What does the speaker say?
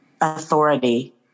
authority